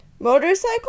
motorcycle